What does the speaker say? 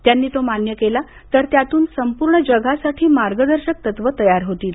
त्यांनी तो मान्य केला तर त्यातून संपूर्ण जगासाठी मार्गदर्शक तत्व तयार होतील